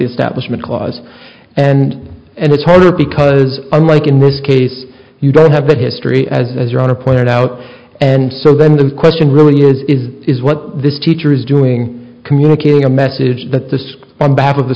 establishment clause and and it's harder because unlike in this case you don't have that history as your honor pointed out and so then the question really is is is what this teacher is doing communicating a message that the